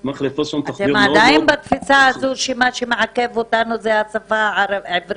אתם עדיין בתפיסה שמה שמעכב אותנו זה השפה העברית?